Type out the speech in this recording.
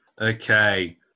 Okay